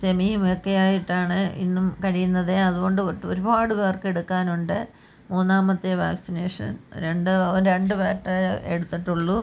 ചുമയും ഒക്കെയായിട്ടാണ് ഇന്നും കഴിയുന്നത് അതുകൊണ്ട് ഒരുപാട് പേർക്ക് എടുക്കാനുണ്ട് മൂന്നാമത്തെ വാക്സിനേഷൻ രണ്ട് രണ്ട് വട്ടമേ എടുത്തിട്ടുള്ളൂ